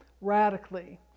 radically